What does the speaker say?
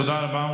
תודה רבה.